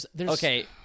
Okay